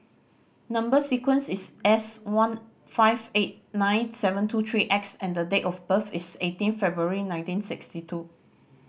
number sequence is S one five eight nine seven two three X and date of birth is eighteen February nineteen sixty two